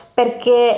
perché